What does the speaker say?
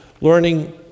learning